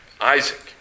Isaac